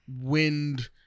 wind